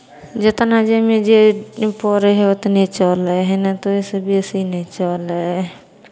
जितना जाहिमे जे पड़ै हइ उतने चलै हइ नहि तऽ ओहिसँ बेसी नहि चलै हइ